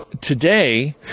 today